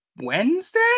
Wednesday